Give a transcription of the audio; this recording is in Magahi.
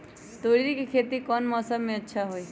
तोड़ी के खेती कौन मौसम में अच्छा होई?